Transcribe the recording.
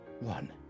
one